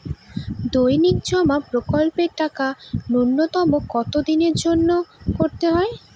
দৈনিক জমা প্রকল্পের টাকা নূন্যতম কত দিনের জন্য করতে হয়?